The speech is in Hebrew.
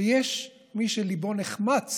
ויש מי שליבו נחמץ